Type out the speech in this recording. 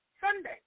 Sunday